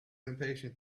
impatient